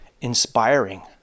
inspiring